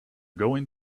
going